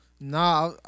Nah